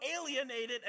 alienated